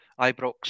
Ibrox